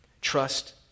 trust